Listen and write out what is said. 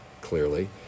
clearly